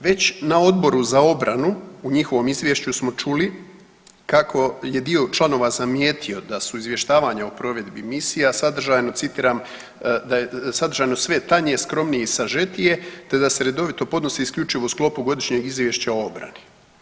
Već na Odboru za obranu u njihovom izvješću smo čuli kako je dio članova zamijetio da su izvještavanja o provedbi misija sadržajno, citiram, sadržajno sve je tanje, skromnije i sažetije, te da se redovito podnosi isključivo u sklopu godišnjeg izvješća o obrani.